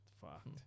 Fucked